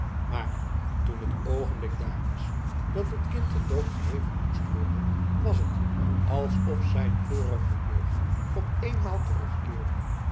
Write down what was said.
maar toen het oogenblik daar was dat het kind ten doop geheven moest worden was het alsof zijn vorige jeugd op eenmaal terugkeerde